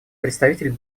представитель